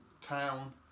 town